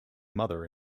mother